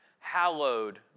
Hallowed